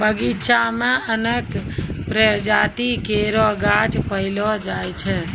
बगीचा म अनेक प्रजाति केरो गाछ पैलो जाय छै